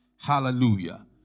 Hallelujah